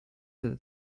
that